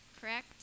correct